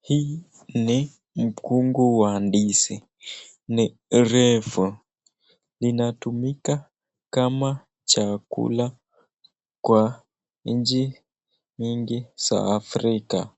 Hii ni mkungu wa ndizi. Ni refu. Linatumika kama chakula kwa nchi nyingi za Afrika.